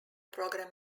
program